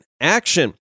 action